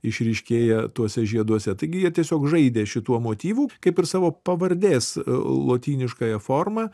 išryškėja tuose žieduose taigi jie tiesiog žaidė šituo motyvu kaip ir savo pavardės lotyniškąja forma